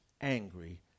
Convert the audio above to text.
angry